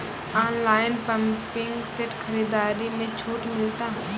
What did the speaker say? Online pumping set खरीदारी मे छूट मिलता?